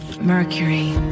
Mercury